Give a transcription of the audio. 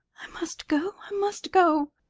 i must go i must go.